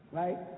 right